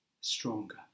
stronger